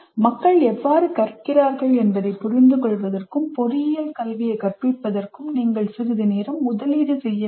மக்கள் எவ்வாறு கற்கிறார்கள் என்பதைப் புரிந்துகொள்வதற்கும் பொறியியல் கல்வியை கற்பிப்பதற்கும் நீங்கள் சிறிது நேரம் முதலீடு செய்ய வேண்டும்